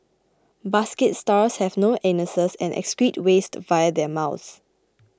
basket stars have no anuses and excrete waste via their mouths